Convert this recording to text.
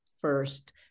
first